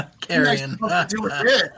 Carrying